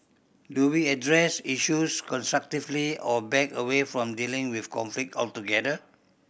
do we address issues constructively or back away from dealing with conflict altogether